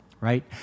right